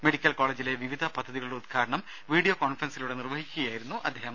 medical കോളജിലെ വിവിധ പദ്ധതികളുടെ ഉദ്ഘാടനം വീഡിയോ കോൺഫറൻസിലൂടെ നിർവഹിക്കുകയായിരുന്നു അദ്ദേഹം